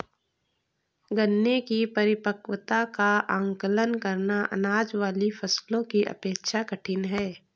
गन्ने की परिपक्वता का आंकलन करना, अनाज वाली फसलों की अपेक्षा कठिन है